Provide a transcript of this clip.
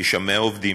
יש שם 100 עובדים,